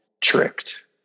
tricked